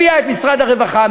הביאה את משרד הרווחה,